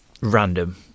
random